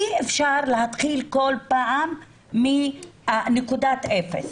אי אפשר להתחיל כל פעם מנקודת אפס.